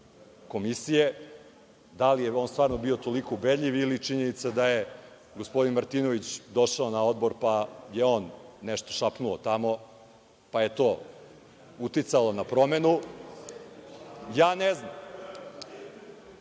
komisije. Da li je on stvarno bio toliko ubedljiv ili činjenica da je gospodin Martinović došao na odbor, pa je on nešto šapnuo tamo, pa je to uticalo na promenu? Ja ne znam.